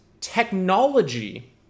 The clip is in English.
technology